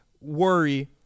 worry